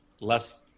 less